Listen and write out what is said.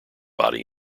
body